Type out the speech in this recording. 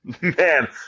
man